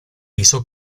hizo